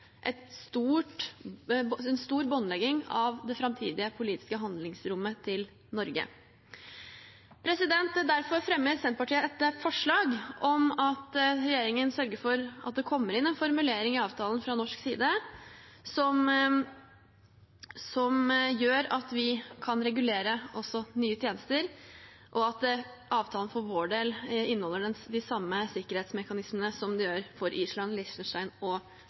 en stor båndlegging av det framtidige politiske handlingsrommet til Norge. Derfor fremmer Senterpartiet et forslag om at regjeringen sørger for at det kommer inn en formulering i avtalen fra norsk side som gjør at vi kan regulere også nye tjenester, og at avtalen for vår del inneholder de samme sikkerhetsmekanismene som for Island, Liechtenstein og